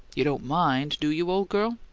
you don't mind, do you, old girl?